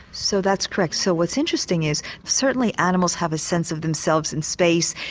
so that's correct, so what's interesting is certainly animals have a sense of themselves in space,